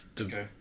okay